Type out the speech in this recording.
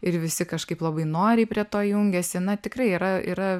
ir visi kažkaip labai noriai prie to jungiasi na tikrai yra yra